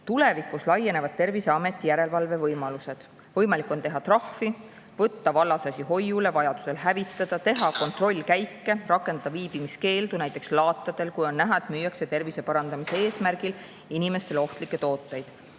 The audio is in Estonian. Tulevikus Terviseameti järelevalvevõimalused laienevad: on võimalik teha trahvi, võtta vallasasja hoiule, vajadusel hävitada, teha kontrollkäike, rakendada viibimiskeeldu näiteks laatadel, kui on näha, et müüakse tervise parandamise [sildi all] inimestele ohtlikke tooteid.